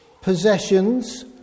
possessions